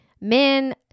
men